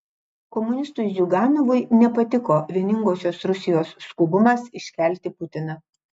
komunistui ziuganovui nepatiko vieningosios rusijos skubumas iškelti putiną